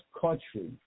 country